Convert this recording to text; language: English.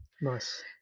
Nice